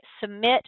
submit